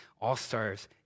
All-Stars